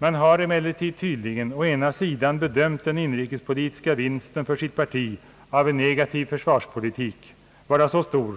Man har emellertid tydligen å ena sidan bedömt den inrikespolitiska vinsten för sitt parti av en negativ försvarspolitik vara så stor,